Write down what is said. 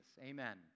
Amen